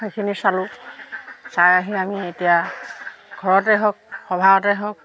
সেইখিনি চালোঁ চাই আহি আমি এতিয়া ঘৰতে হওক সবাহতে হওক